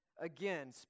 Again